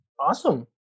Awesome